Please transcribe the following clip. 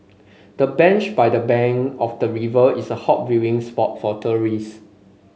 the bench by the bank of the river is a hot viewing spot for tourists